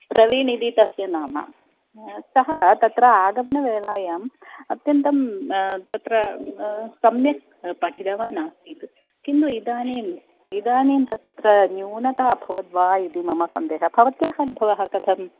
प्रवीणिति तस्य नाम सः तत्र आगमनवेलायाम् अत्यन्तं तत्र सम्यक् पठितवान् आसीत् किन्तु इदानीम् इदानीं तत्र न्यूनता अभवद् वा इति मम सन्देहः भवत्याः अनुभवः कथम्